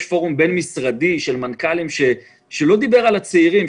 יש פורום בין-משרדי של מנכ"לים שלא דיבר על הצעירים.